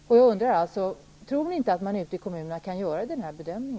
Nu undrar jag alltså: Tror ni inte att man ute i kommunerna kan göra denna bedömning?